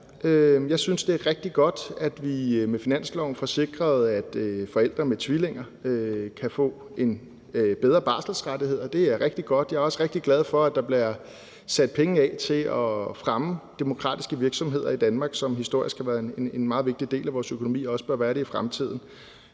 Jeg synes, det er rigtig godt, at vi med finansloven får sikret, at forældre til tvillinger kan få bedre barselsrettigheder, og det er rigtig godt. Jeg er også rigtig glad for, at der bliver sat penge af til at fremme demokratiske virksomheder i Danmark, som historisk har været en meget vigtig del af vores økonomi og også bør være det i fremtiden.